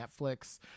Netflix